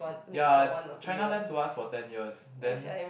ya China lend to us for ten years then